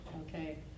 okay